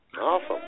awesome